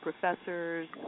professors